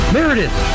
Meredith